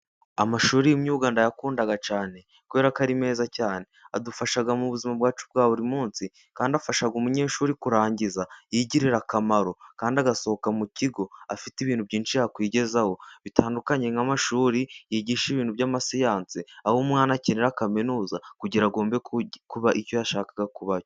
Amashuri y'imyuga ndayakunda cyane, kubera ko ari meza cyane, adufasha mu buzima bwacu bwa buri munsi, kandi afasha umunyeshuri kurangiza yigirira akamaro, kandi agasohoka mu kigo afite ibintu byinshi yakwigezaho. Bitandukanye n'amashuri yigisha ibintu by'amasiyanse, aho umunyeshuri akenera kaminuza, kugira ngo agombe kuba icyo yashakaga kuba cyo.